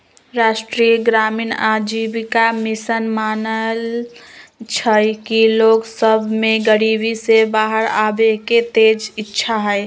राष्ट्रीय ग्रामीण आजीविका मिशन मानइ छइ कि लोग सभ में गरीबी से बाहर आबेके तेज इच्छा हइ